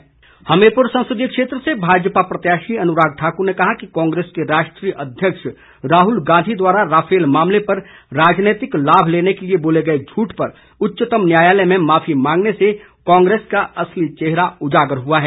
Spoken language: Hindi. अनुराग ठाकुर हमीरपुर संसदीय क्षेत्र से भाजपा प्रत्याशी अनुराग ठाकुर ने कहा कि कांग्रेस के राष्ट्रीय अध्यक्ष राहुल गांधी द्वारा राफेल मामले पर राजनीतिक लाभ लेने के लिए बोले गए झूठ पर उच्चतम न्यायालय में माफी मांगने से कांग्रेस का असली चेहरा उजागर हुआ है